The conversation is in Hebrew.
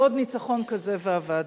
ועוד ניצחון כזה ואבדנו.